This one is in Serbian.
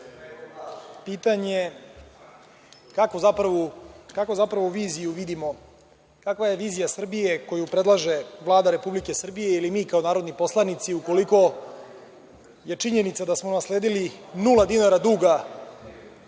pitanje kakvu zapravo viziju vidimo, kakva je vizija Srbije koju predlaže Vlada Republike Srbije ili mi kao narodni poslanici, ukoliko je činjenica da smo nasledili nula dinara duga